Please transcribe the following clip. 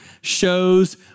shows